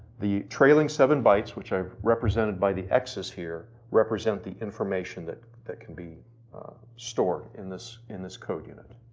the trailing seven bytes, which are represented by the xs here, represent the information that that can be stored in this in this code unit.